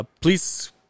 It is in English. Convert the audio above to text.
Please